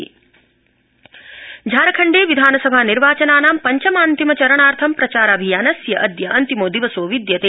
झारखण झारखण्डे विधानसभा निर्वाचनानां पञ्चमान्तिमचरणार्थ प्रचाराभियानस्य अदय अंतिमो दिसवो विदयते